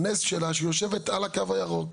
הנס שלה שהיא יושבת על הקו הירוק.